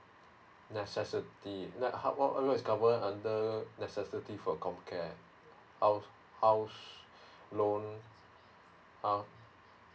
necessities then how what wha~ is covered under necessities for C O M C A R E house house loan how